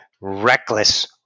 reckless